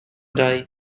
die